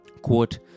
Quote